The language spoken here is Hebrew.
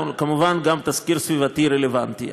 כמובן גם תסקיר סביבתי רלוונטי.